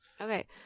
Okay